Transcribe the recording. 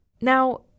Now